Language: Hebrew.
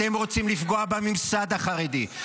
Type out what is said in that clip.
אתם רוצים לפגוע בממסד החרדי.